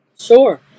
sure